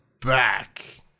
back